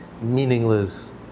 meaningless